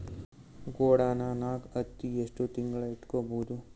ಗೊಡಾನ ನಾಗ್ ಹತ್ತಿ ಎಷ್ಟು ತಿಂಗಳ ಇಟ್ಕೊ ಬಹುದು?